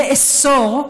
לאסור,